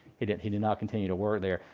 he did he did not continue to work there.